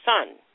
son